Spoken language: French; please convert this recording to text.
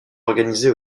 organisé